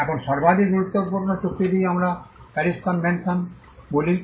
এখন সর্বাধিক গুরুত্বপূর্ণ চুক্তিটিই আমরা প্যারিস কনভেনশন বলি